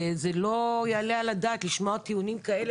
זה לא יעלה על הדעת לשמוע טיעונים כאלה